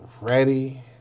ready